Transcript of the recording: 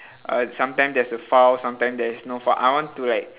uh sometimes there's a foul sometimes there is no foul I want to like